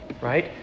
right